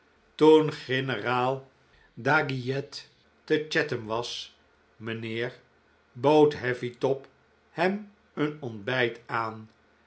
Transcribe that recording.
toen generaal daguilet te chatham was mijnheer bood heavytop hem een ontbijt aan